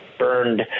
burned